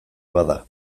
bada